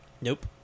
Nope